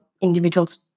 individuals